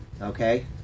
Okay